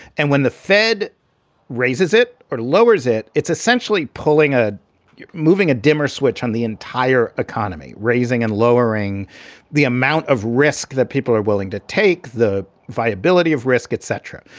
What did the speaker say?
and when the fed raises it or lowers it, it's essentially pulling a moving a dimmer switch on the entire economy, raising and lowering the amount of risk that people are willing to take. the viability of risk, etc.